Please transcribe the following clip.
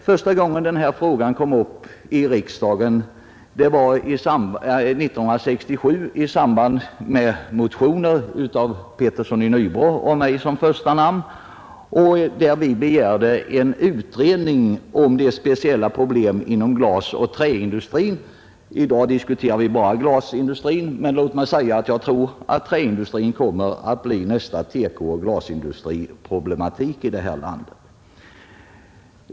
Första gången denna fråga kom upp i riksdagen var 1967 i samband med motioner med Petersson i Nybro och mig som första namn. Där begärde vi en utredning om de speciella problemen inom glasoch träindustrin — i dag diskuterar vi bara glasindustrin, men låt mig säga att jag tror att träindustrin kommer att bli nästa TEKO och glasindustriproblematik i detta land.